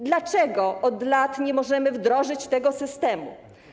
Dlaczego od lat nie możemy wdrożyć tego systemu?